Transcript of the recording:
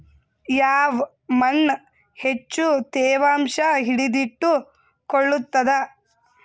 ಯಾವ್ ಮಣ್ ಹೆಚ್ಚು ತೇವಾಂಶ ಹಿಡಿದಿಟ್ಟುಕೊಳ್ಳುತ್ತದ?